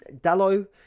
Dallo